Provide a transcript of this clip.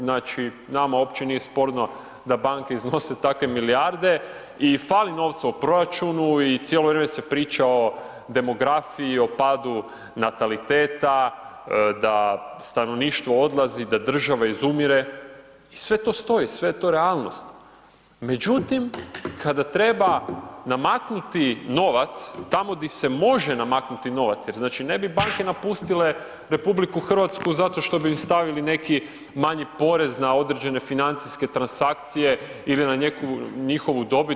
Znači nama u opće nije sporno da banke iznose takve milijarde i fali novaca u proračunu i cijelo vrijeme se priča o demografiji i o padu nataliteta, da stanovništvo odlazi, da država izumire i sve to stoji, sve je to realnost, međutim, kada treba namaknuti novac, tamo di se može namaknuti novac, jer znači ne bi banke napustile RH, zato što bi stavili neki manji porez na određene financijske transakcije ili na neku njihovu dobit.